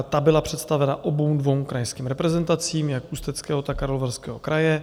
Ta byla představena oběma dvěma krajským reprezentacím, jak Ústeckého, tak Karlovarského kraje.